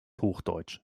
hochdeutsch